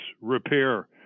repair